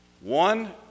One